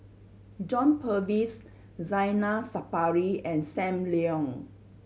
John Purvis Zainal Sapari and Sam Leong